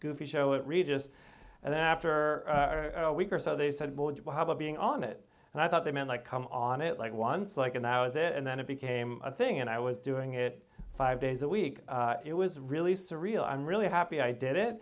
goofy show it regis and then after a week or so they said would you have a being on it and i thought they meant like come on it like once like and i was it and then it became a thing and i was doing it five days a week it was really surreal i'm really happy i did it